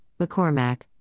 McCormack